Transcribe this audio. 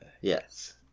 yes